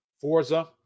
Forza